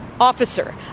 Officer